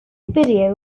video